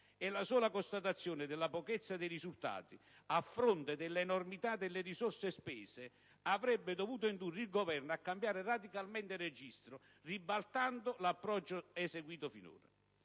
È la sola constatazione della pochezza dei risultati, a fronte della enormità delle risorse spese, avrebbe dovuto indurre il Governo a cambiare radicalmente registro, ribaltando l'approccio seguito finora.